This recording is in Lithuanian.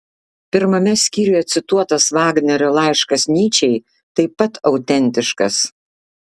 pirmame skyriuje cituotas vagnerio laiškas nyčei taip pat autentiškas